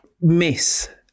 Miss